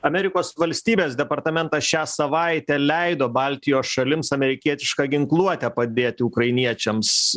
amerikos valstybės departamentas šią savaitę leido baltijos šalims amerikietiška ginkluote padėti ukrainiečiams